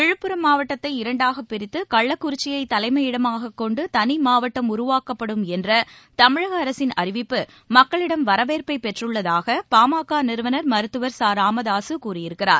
விழுப்புரம் மாவட்டத்தை இரண்டாகப் பிரித்து கள்ளக்குறிச்சியை தலைமையிடமாகக் கொண்டு தனி மாவட்டம் உருவாக்கப்படும் என்ற தமிழக அரசின் அறிவிப்பு மக்களிடம் வரவேற்பை பெற்றுள்ளதாக பாமக நிறுவனர் மருத்துவர் ச ராமதாசு கூறியிருக்கிறார்